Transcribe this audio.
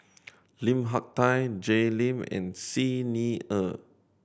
Lim Hak Tai Jay Lim and Xi Ni Er